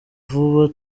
vuba